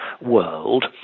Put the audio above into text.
world